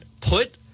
put